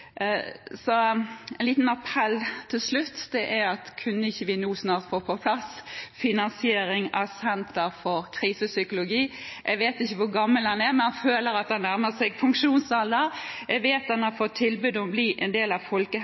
Så en liten appell til slutt: Kunne vi ikke nå snart få på plass finansieringen av Senter for Krisepsykologi? Jeg vet ikke hvor gammel Dyregrov er, men føler at han nærmer seg pensjonsalderen. Jeg vet at han har fått tilbud om å bli en del av